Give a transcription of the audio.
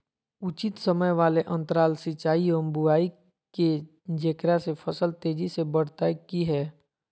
उचित समय वाले अंतराल सिंचाई एवं बुआई के जेकरा से फसल तेजी से बढ़तै कि हेय?